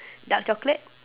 dark chocolate